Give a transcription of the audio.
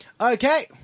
Okay